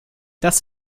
das